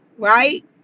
Right